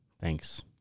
Thanks